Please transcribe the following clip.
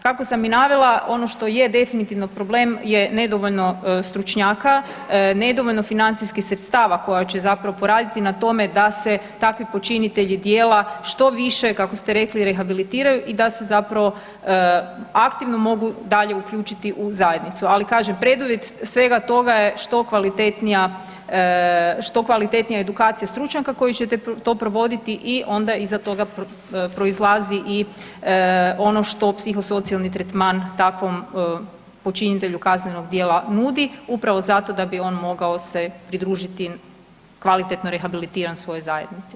Kako sam i navela ono što je definitivno problem je nedovoljno stručnjaka, nedovoljno financijskih sredstva koja će zapravo poraditi na tome da se takvi počinitelji djela što više kako ste rekli rehabilitiraju i da se zapravo aktivno mogu dalje uključiti u zajednicu, ali kažem preduvjet svega toga je što kvalitetnija, što kvalitetnija edukacija stručnjaka koji će to provoditi i onda iza toga proizlazi i ono što psihosocijalni tretman takvom počinitelju kaznenog djela nudi upravo zato da bi on mogao se pridružiti kvalitetno rehabilitiran svojoj zajednici.